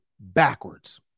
backwards